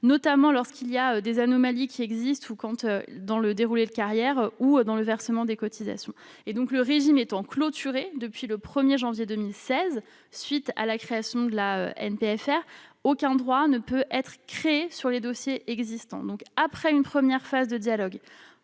notamment lorsque des anomalies existent dans leur déroulé de carrière ou dans le versement de leurs cotisations. En effet, le régime étant clôturé depuis le 1 janvier 2016, à la suite de la création de la NPFR, aucun nouveau droit ne peut être créé sur les dossiers existants. Après une première phase de dialogue